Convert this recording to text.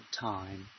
time